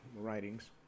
writings